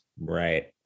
Right